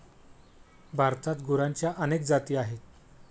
भारतात गुरांच्या अनेक जाती आहेत